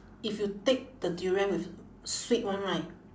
if you take the durian with sweet one right